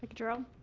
gerald.